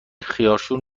خیارشور